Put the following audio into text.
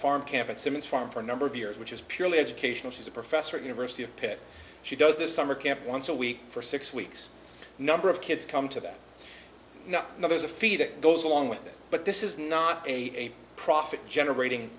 farm campaign simmons farm for a number of years which is purely educational she's a professor at university of pitt she does the summer camp once a week for six weeks number of kids come to them you know there's a fee that goes along with that but this is not a profit generating